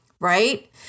right